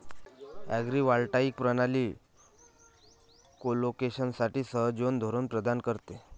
agrivoltaic प्रणाली कोलोकेशनसाठी सहजीवन धोरण प्रदान करते